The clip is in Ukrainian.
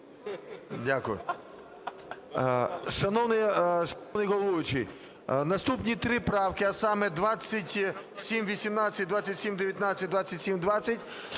Дякую. Шановний головуючий, наступні 3 правки, а саме: 2718, 2719, 2720